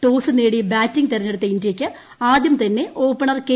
toss നേടി batting തെരഞ്ഞെടുത്ത ഇന്തൃയ്ക്ക് ആദ്യം തന്നെ ഓപ്പണർ കെ